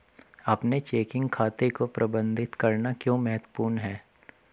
अपने चेकिंग खाते को प्रबंधित करना क्यों महत्वपूर्ण है?